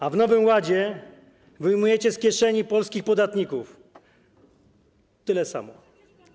A w nowym ładzie wyjmujecie z kieszeni polskich podatników tyle samo.